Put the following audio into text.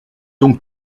donc